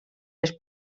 les